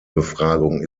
befragung